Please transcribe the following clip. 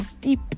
deep